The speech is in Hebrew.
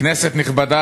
כנסת נכבדה,